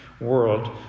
world